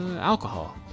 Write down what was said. alcohol